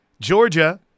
Georgia